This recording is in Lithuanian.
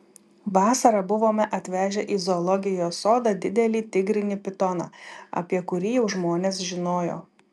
vasarą buvome atvežę į zoologijos sodą didelį tigrinį pitoną apie kurį jau žmonės žinojo